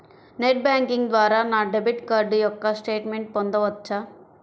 Net banking ద్వారా నా debit card యొక్క స్టేట్మెంట్ పొందవచ్చా?